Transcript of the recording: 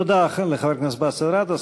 תודה לחבר הכנסת באסל גטאס.